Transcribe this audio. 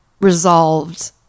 resolved